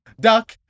Duck